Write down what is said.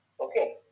okay